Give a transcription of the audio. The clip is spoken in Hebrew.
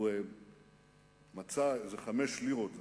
הוא מצא 5 לירות,